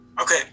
Okay